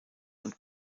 und